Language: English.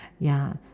ya